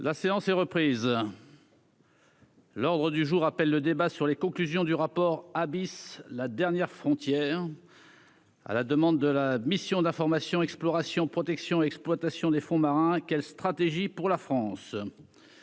La séance est reprise. L'ordre du jour appelle le débat sur les conclusions du rapport abysses la dernière frontière, à la demande de la mission d'information exploration protection exploitation des fonds marins, quelle stratégie pour la France,